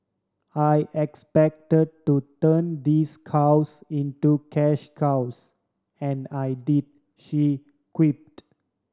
I expect to turn these cows into cash cows and I did she quipped